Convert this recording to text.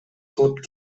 кылып